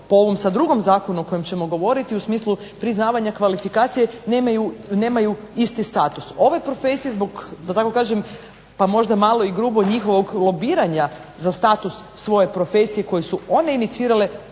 po ovom drugom zakonu o kojem ćemo govoriti u smislu priznavanja kvalifikacije nemaju isti status. Ove profesije da tako kažem pa možda malo grubo njihovog lobiranja za status svoje profesije koje su one inicirale